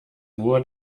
nur